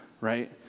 right